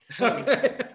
Okay